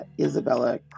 Isabella